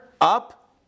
up